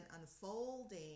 unfolding